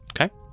Okay